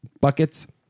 buckets